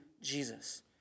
Jesus